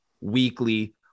weekly